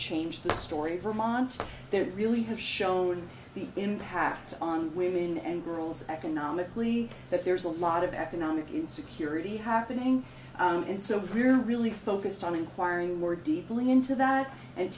change the story vermont there really have shown the impact on women and girls economically that there is a lot of economic insecurity happening and so we're really focused on inquiring we're deeply into that and